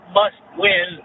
must-win